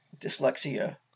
dyslexia